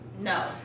No